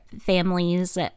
families